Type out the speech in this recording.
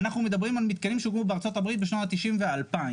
אנחנו מדברים על מתקנים שהוקמו בארצות הברית בשנות ה-90 וה-2000.